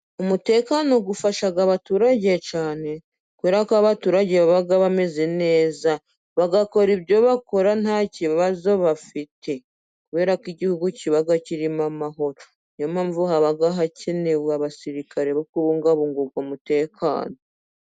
umutekano ufasha abaturage cyane kubera ko abaturage baba bameze neza, bagakora ibyo bakora nta kibazo bafite, kubera ko igihugu kiba kirimo amahoro. Ni yo mpamvu haba hakenewe abasirikare bo kubungabunga uwo mutekano.